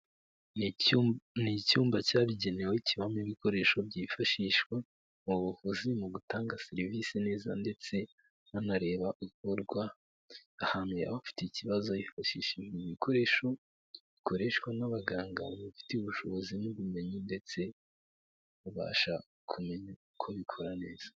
Ni icyumba cyabigenewe kibamo ibikoresho byifashishwa mu buvuzi mu gutanga serivisi neza ndetse hanarebwa ahantu yabafi ikibazo hifashisha bikoresho bikoreshwa n'abaganga babifitiye ubushobozi n'ubumenyi, ndetse babasha kumenya ko bikora neza.